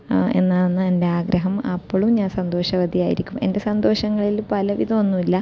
എന്നാണെൻ്റെ ആഗ്രഹം അപ്പോഴും ഞാൻ സന്തോഷവതി ആയിരിക്കും എൻ്റെ സന്തോഷങ്ങളിൽ പലവിധം ഒന്നുമില്ല